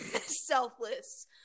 selfless